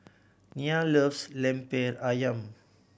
Nia loves Lemper Ayam